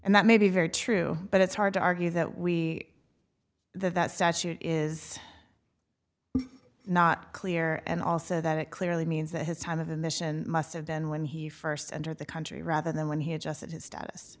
and that may be very true but it's hard to argue that we that statute is not clear and also that it clearly means that his time of the mission must have been when he first entered the country rather than when he adjusted his status